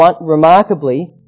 remarkably